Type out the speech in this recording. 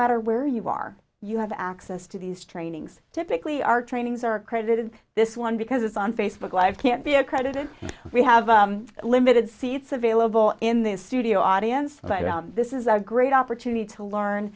matter where you are you have access to these trainings typically are trainings are created this one because it's on facebook live can't be accredited we have limited seats available in this studio audience but this is a great opportunity to